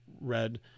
read